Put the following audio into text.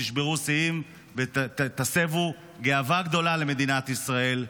תשברו שיאים ותסבו גאווה גדולה למדינת ישראל.